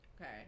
okay